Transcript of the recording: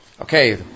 Okay